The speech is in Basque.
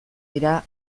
dira